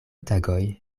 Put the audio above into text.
tagoj